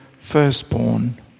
firstborn